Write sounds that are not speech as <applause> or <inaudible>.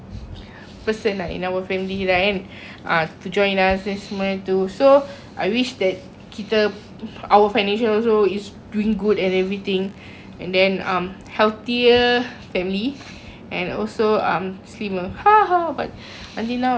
ha to join us apa semua tu so I wish that kita our financial also is doing good and everything and then um healthier family and also um slimmer <laughs> but until now also dah five years also still not slim so